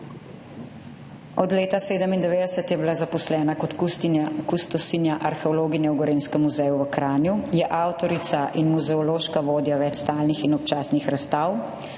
Od leta 1997 je bila zaposlena kot kustosinja arheologinja v Gorenjskem muzeju v Kranju. Je avtorica in muzeološka vodja več stalnih in občasnih razstav,